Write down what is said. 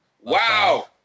Wow